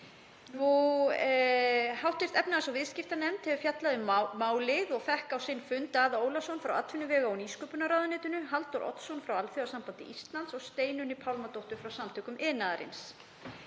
Hv. efnahags- og viðskiptanefnd hefur fjallað um málið og fékk á sinn fund Daða Ólafsson frá atvinnuvega- og nýsköpunarráðuneytinu, Halldór Oddsson frá Alþjóðasambandi Íslands og Steinunni Pálmadóttur frá Samtökum iðnaðarins.